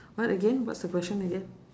what again what's the question again